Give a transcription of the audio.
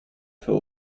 für